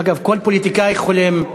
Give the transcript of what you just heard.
אגב, כל פוליטיקאי חולם,